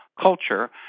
culture